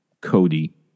Cody